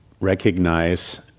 recognize